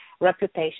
reputation